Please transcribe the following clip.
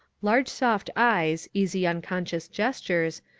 large soft eyes, easy un conscious gestures,